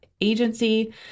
Agency